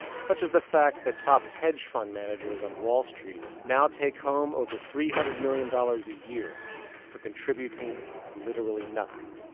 such as the fact that top hedge fund managers on wall street. now take home over three hundred million dollars a year for contributing literally nothing,